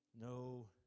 No